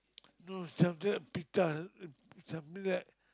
no sheltered pita something like